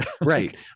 Right